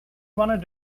wanted